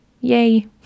Yay